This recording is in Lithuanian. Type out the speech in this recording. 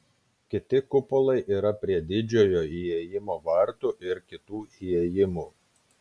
kiti kupolai yra prie didžiojo įėjimo vartų ir kitų įėjimų